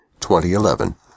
2011